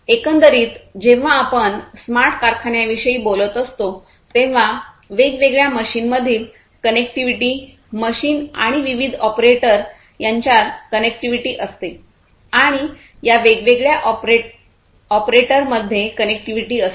एकंदरीत जेव्हा आपण स्मार्ट कारखान्यांविषयी बोलत असतो तेव्हा वेगवेगळ्या मशीनमधील कनेक्टिव्हिटी मशीन आणि विविध ऑपरेटर यांच्यात कनेक्टिव्हिटी असते आणि या वेगवेगळ्या ऑपरेटरमध्ये कनेक्टिव्हिटी असते